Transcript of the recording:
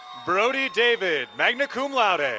brody david, magna cum laude. and